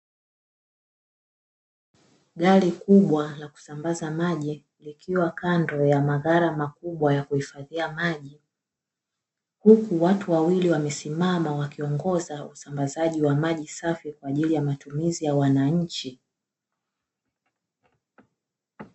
Gari kubwa la kusambaza maji, likiwa kando ya maghala makubwa ya kuhifadhia maji, huku watu wawili wamesimama wakiongoza usambazaji wa maji safi kwa ajili ya matumizi ya wananchi.